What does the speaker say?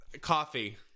coffee